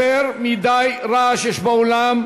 יותר מדי רעש יש באולם,